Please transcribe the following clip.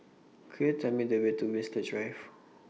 Could YOU Tell Me The Way to Winstedt Drive